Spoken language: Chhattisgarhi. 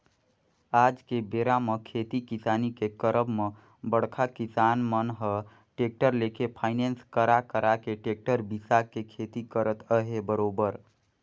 आज के बेरा म खेती किसानी के करब म बड़का किसान मन ह टेक्टर लेके फायनेंस करा करा के टेक्टर बिसा के खेती करत अहे बरोबर